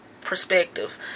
perspective